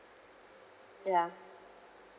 ya